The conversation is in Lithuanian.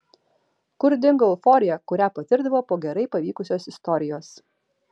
kur dingo euforija kurią patirdavo po gerai pavykusios istorijos